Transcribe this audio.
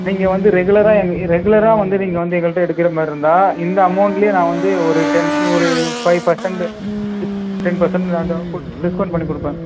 நீங்கள் வந்து ரெகுலராக எங்க ரெகுலராக வந்து நீங்கள் வந்து எங்கள்கிட்ட எடுக்கிற மாதிரி இருந்தால் இந்த அமௌன்ட்ல நான் வந்து ஒரு டென் ஒரு ஃபைவ் பர்சன்ட்டு டென் பர்சென்ட் நாங்கள் ஃபுட் டிஸ்கௌண்ட் பண்ணிக் கொடுப்பேன்